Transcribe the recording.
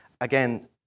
Again